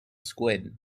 squid